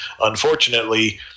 unfortunately